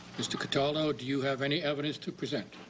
mr. cataldo, do you have any evidence to present?